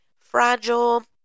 fragile